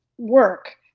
work